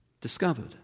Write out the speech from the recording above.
discovered